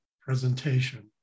presentation